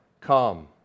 come